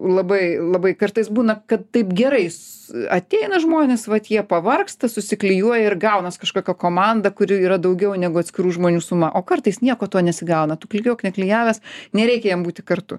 labai labai kartais būna kad taip gerais ateina žmuonės vat jie pavargsta susiklijuoja ir gaunas kažkokia komanda kuri yra daugiau negu atskirų žmonių suma o kartais nieko to nesigauna tu klijuok neklijavęs nereikia jiem būti kartu